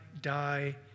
die